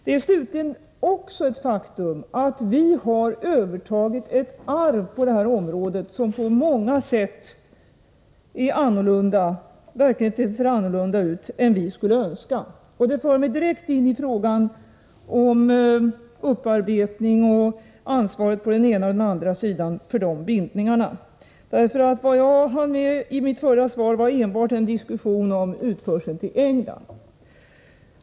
Det är slutligen också ett faktum att vi har övertagit ett arv på det här området där verkligheten på många sätt ser annorlunda ut än vi skulle önska. Detta för mig direkt in på frågan om upparbetning och om ansvaret på den ena eller andra sidan för bindningarna i det sammanhanget. Vad jag hann med i mitt tidigare svar var enbart en diskussion om utförseln till England.